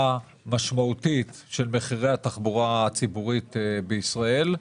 משמעותית של מחירי התחבורה הציבורית בישראל.